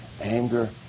anger